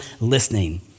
listening